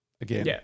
again